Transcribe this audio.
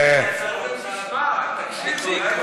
את העונג תגיד אחרי זה.